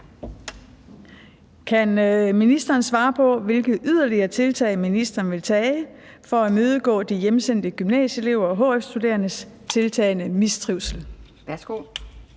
Kan ministeren svare på, hvilke yderligere tiltag ministeren vil tage for at imødegå de hjemsendte gymnasieelever og hf-studerendes tiltagende mistrivsel?